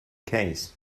case